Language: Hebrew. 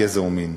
גזע ומין.